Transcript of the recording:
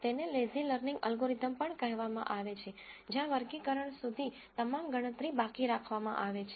તેને lazy learning algorithm પણ કહેવામાં આવે છે જ્યાં વર્ગીકરણ સુધી તમામ ગણતરી બાકી રાખવામાં આવે છે